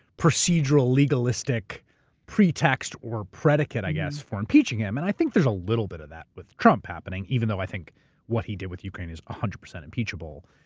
procedural, legalistic pretext or predicate, i guess, for impeaching him. and i think there's a little bit of that with trump happening. even though i think what he did with ukraine is one hundred percent impeachable,